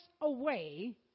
away